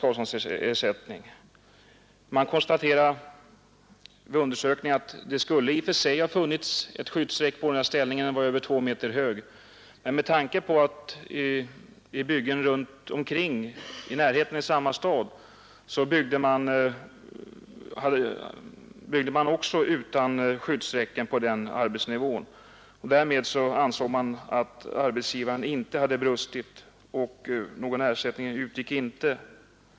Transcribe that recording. Vid undersökningen konstaterades att det i och för sig skulle ha funnits ett skyddsräck på den här ställningen som var över två meter hög. Men med hänvisning till att man på byggen runt omkring i samma stad hade ställningar utan skyddsräcken på samma arbetsnivå ansågs arbetsgivaren inte ha brustit i omsorg, och någon ersättning utgick inte.